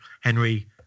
Henry